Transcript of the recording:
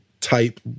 type